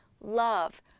love